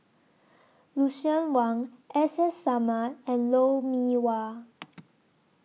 Lucien Wang S S Sarma and Lou Mee Wah